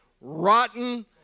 rotten